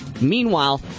Meanwhile